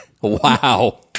wow